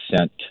sent